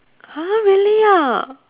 !huh! really ah